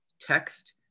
text